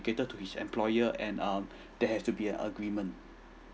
to his employer and um there has to be an agreement